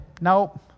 Nope